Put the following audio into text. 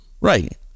Right